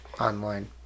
online